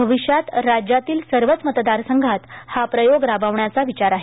भविष्यात राज्यातील सर्वच मतदारसंघात हा प्रयोग राबवण्याचा विचार आहे